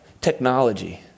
technology